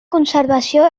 conservació